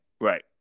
right